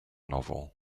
novel